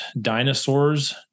dinosaurs